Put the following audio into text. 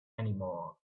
anymore